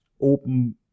open